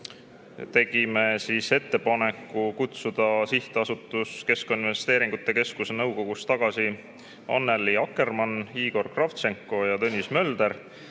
tegime ettepaneku kutsuda Sihtasutuse Keskkonnainvesteeringute Keskus nõukogust tagasi Annely Akkermann, Igor Kravtšenko ja Tõnis Mölder